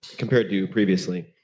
compared to previously.